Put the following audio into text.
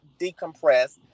decompress